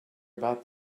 about